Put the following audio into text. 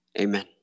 amen